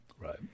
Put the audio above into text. Right